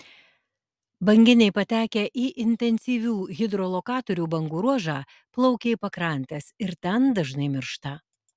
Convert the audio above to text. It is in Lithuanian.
banginiai patekę į intensyvių hidrolokatorių bangų ruožą plaukia į pakrantes ir ten dažnai miršta